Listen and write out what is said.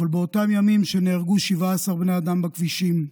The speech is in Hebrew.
אבל באותם ימים שבהם נהרגו 17 בני אדם בכבישים,